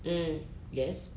mm yes